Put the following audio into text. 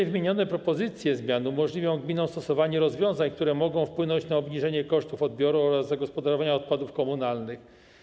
Ww. propozycje zmian umożliwią gminom stosowanie rozwiązań, które mogą wpłynąć na obniżenie kosztów odbioru oraz zagospodarowania odpadów komunalnych.